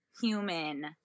human